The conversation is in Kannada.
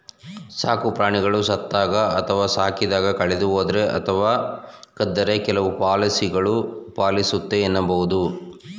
ಸಾಕುಪ್ರಾಣಿಗಳು ಸತ್ತಾಗ ಅಥವಾ ಸಾಕಿದಾಗ ಕಳೆದುಹೋದ್ರೆ ಅಥವಾ ಕದ್ದರೆ ಕೆಲವು ಪಾಲಿಸಿಗಳು ಪಾಲಿಸುತ್ತೆ ಎನ್ನಬಹುದು